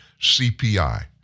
CPI